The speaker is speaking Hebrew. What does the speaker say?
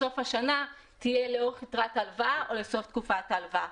בסוף השנה תהיה לאורך יתרת ההלוואה או לסוף תקופת ההלוואה.